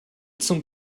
zum